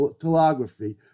telegraphy